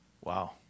wow